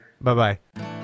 bye-bye